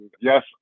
yes